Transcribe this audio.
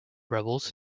rebels